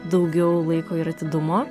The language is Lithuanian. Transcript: daugiau laiko ir atidumo